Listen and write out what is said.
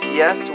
yes